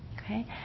Okay